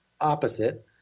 opposite